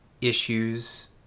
issues